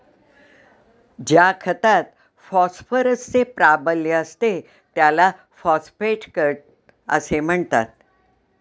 ज्या खतात फॉस्फरसचे प्राबल्य असते त्याला फॉस्फेट खत असे म्हणतात